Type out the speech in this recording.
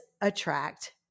attract